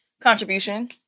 contribution